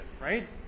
right